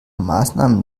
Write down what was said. maßnahmen